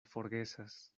forgesas